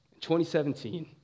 2017